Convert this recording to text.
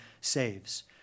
saves